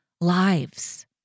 lives